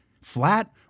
flat